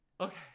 Okay